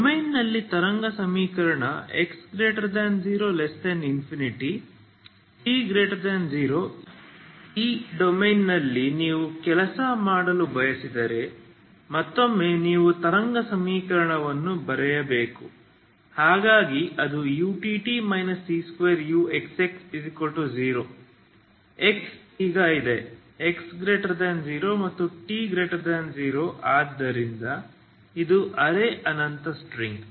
ಡೊಮೇನ್ನಲ್ಲಿ ತರಂಗ ಸಮೀಕರಣ 0x∞ t0 ಈ ಡೊಮೇನ್ನಲ್ಲಿ ನೀವು ಕೆಲಸ ಮಾಡಲು ಬಯಸಿದರೆ ಮತ್ತೊಮ್ಮೆ ನೀವು ತರಂಗ ಸಮೀಕರಣವನ್ನು ಬರೆಯಬೇಕು ಹಾಗಾಗಿ ಅದು utt c2uxx0 x ಈಗ ಇದೆ x0 ಮತ್ತು t0 ಆದ್ದರಿಂದ ಇದು ಅರೆ ಅನಂತ ಸ್ಟ್ರಿಂಗ್